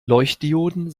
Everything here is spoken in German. leuchtdioden